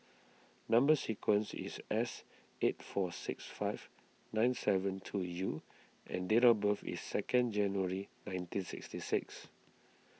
Number Sequence is S eight four six five nine seven two U and date of birth is second January nineteen sixty six